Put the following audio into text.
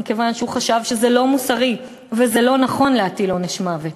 כיוון שהיא חשבה שזה לא מוסרי וזה לא נכון להטיל עונש מוות,